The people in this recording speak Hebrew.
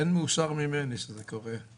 אין מאושר ממני שזה קורה,